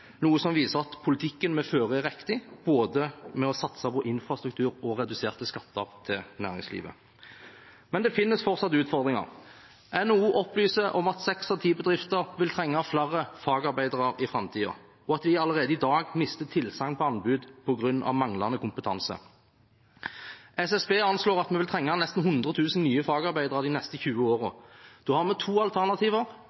noe som viser at politikken vi fører, er riktig: å satse på både infrastruktur og reduserte skatter for næringslivet. Men det finnes fortsatt utfordringer. NHO opplyser om at seks av ti bedrifter vil trenge flere fagarbeidere i framtiden, og at de allerede i dag mister tilsagn om anbud på grunn av manglende kompetanse. SSB anslår at vi vil trenge nesten 100 000 nye fagarbeidere de neste 20